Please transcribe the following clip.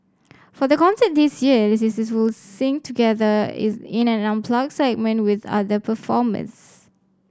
for the concert this year the sisters will sing together is in an unplugged segment with other performers